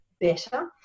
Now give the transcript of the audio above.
better